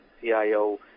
CIO